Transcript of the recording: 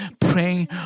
praying